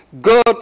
God